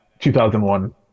2001